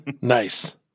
nice